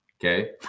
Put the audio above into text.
okay